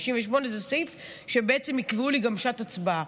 98 זה סעיף שלפיו בעצם יקבעו לי שעת הצבעה.